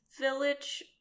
Village